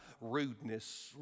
rudeness